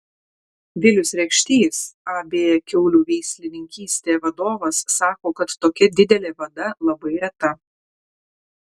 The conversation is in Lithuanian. vilius rekštys ab kiaulių veislininkystė vadovas sako kad tokia didelė vada labai reta